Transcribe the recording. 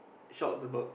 shocked about